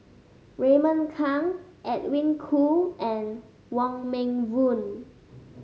Raymond Kang Edwin Koo and Wong Meng Voon